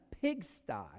pigsty